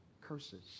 curses